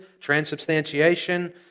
transubstantiation